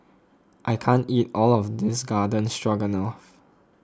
I can't eat all of this Garden Stroganoff